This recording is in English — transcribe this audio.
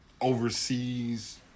overseas